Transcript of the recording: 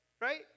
right